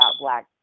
black